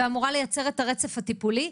ואמורה לייצר את הרצף הטיפולי.